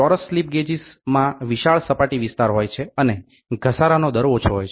ચોરસ સ્લિપ ગેજમાં વિશાળ સપાટી વિસ્તાર હોય છે અને ઘસારાનો દર ઓછો હોય છે